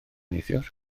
neithiwr